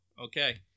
okay